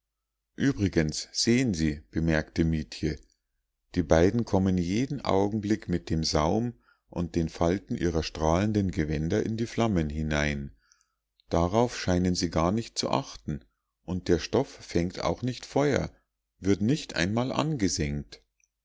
übrigens sehen sie bemerkte mietje die beiden kommen jeden augenblick mit dem saum und den falten ihrer strahlenden gewänder in die flammen hinein darauf scheinen sie gar nicht zu achten und der stoff fängt auch nicht feuer wird nicht einmal angesengt